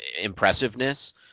impressiveness